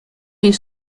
les